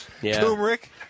Turmeric